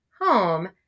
home